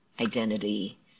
identity